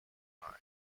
time